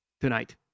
tonight